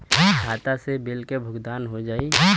खाता से बिल के भुगतान हो जाई?